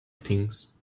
things